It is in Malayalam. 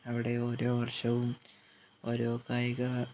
അവിടെ ഓരോ വർഷവും ഓരോ കായിക